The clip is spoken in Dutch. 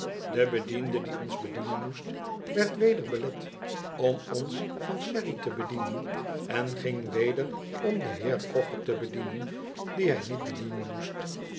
de bediende die ons bedienen moest werd weder belet om ons van sherry te bedienen en ging weder om den heer cocker te bedienen die hij niet bedienen moest